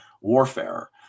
warfare